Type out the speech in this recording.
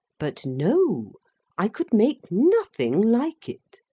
but no i could make nothing like it.